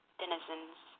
denizens